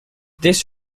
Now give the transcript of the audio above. this